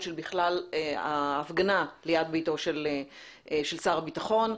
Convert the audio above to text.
של ההפגנה ליד ביתו של שר הביטחון,